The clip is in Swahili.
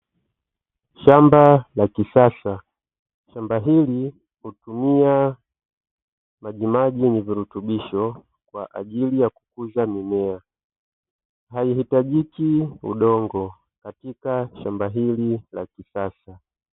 Shamba la kisasa shamba hili hutumia majimaji yenye virutubisho kwa ajili ya kukuza mimea, haitajiki udongo katika shamba hili la kisasa.